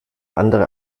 andere